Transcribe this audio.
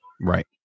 Right